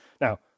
Now